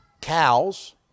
Cows